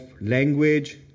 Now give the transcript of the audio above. language